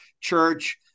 church